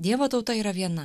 dievo tauta yra viena